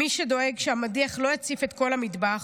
" מי שדואג שהמדיח לא יציף את כל המטבח,